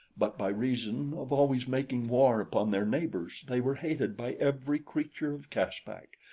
but by reason of always making war upon their neighbors they were hated by every creature of caspak,